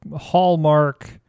hallmark